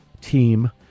Team